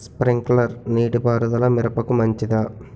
Sprinkler నీటిపారుదల మిరపకు మంచిదా?